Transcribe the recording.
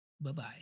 Bye-bye